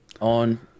on